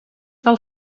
del